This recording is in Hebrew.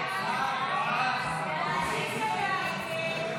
הסתייגות 54 לא נתקבלה.